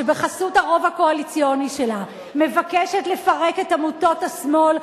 שבחסות הרוב הקואליציוני שלה מבקשת לפרק את עמותות השמאל,